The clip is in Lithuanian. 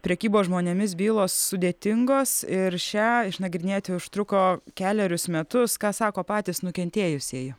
prekybos žmonėmis bylos sudėtingos ir šią išnagrinėti užtruko kelerius metus ką sako patys nukentėjusieji